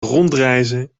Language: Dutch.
rondreizen